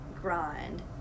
grind